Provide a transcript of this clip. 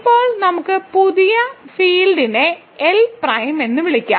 ഇപ്പോൾ നമുക്ക് പുതിയ ഫീൽഡിനെ L പ്രൈം എന്ന് വിളിക്കാം